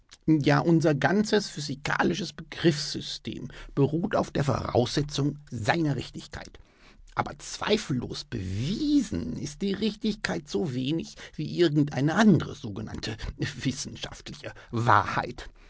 ja unser ganzes physikalisches begriffssystem beruht auf der voraussetzung seiner richtigkeit aber zweifellos bewiesen ist diese richtigkeit so wenig wie irgend eine andre sogenannte wissenschaftliche wahrheit